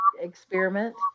experiment